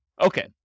Okay